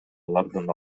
алардан